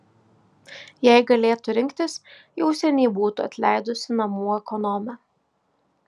jei galėtų rinktis jau seniai būtų atleidusi namų ekonomę